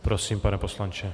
Prosím, pane poslanče.